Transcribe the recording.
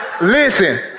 Listen